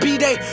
B-day